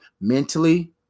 mentally